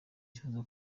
yifuza